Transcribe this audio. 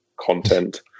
content